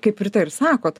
kaip rita ir sakot